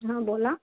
हां बोला